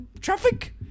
traffic